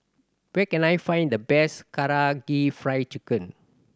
where can I find the best Karaage Fried Chicken